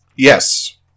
Yes